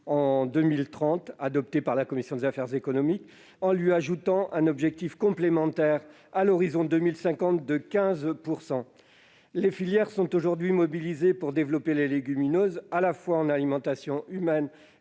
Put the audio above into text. en 2030, adopté par la commission des affaires économiques, en lui ajoutant un objectif complémentaire, à l'horizon de 2050, de 15 % de la SAU. Les filières sont aujourd'hui mobilisées pour développer les légumineuses, à la fois pour l'alimentation humaine